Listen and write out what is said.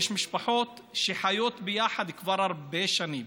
יש משפחות שחיות ביחד כבר הרבה שנים,